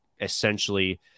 essentially